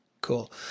Cool